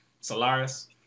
Solaris